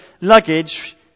luggage